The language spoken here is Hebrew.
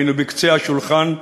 היינו בקצה השולחן: